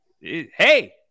Hey